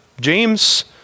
James